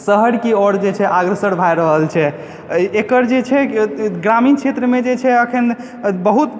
शहर की आओर जे छै अग्रसर भय रहल छै एकर जे छै ग्रामीण क्षेत्रमे अखन बहुत